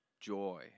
joy